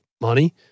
money